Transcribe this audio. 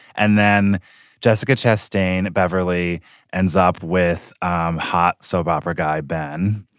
and then jessica chastain beverly ends up with um hot soap opera guy. ben